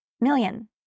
million